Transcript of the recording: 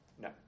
no